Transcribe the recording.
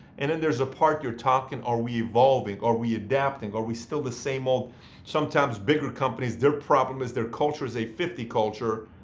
and then there's a part you're talking are we evolving, are we adapting, are we still the same? um sometimes bigger companies, their problem is their culture is a fifty culture,